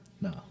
no